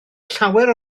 llawer